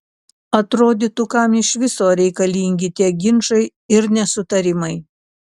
atrodytų kam iš viso reikalingi tie ginčai ir nesutarimai